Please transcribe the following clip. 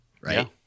right